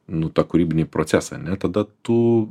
nu tą kūrybinį procesą ane tada tu